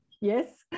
Yes